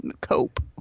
cope